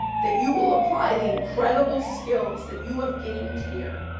that you will apply the incredible skills that you have gained here.